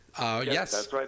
Yes